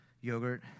yogurt